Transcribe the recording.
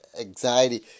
Anxiety